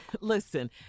Listen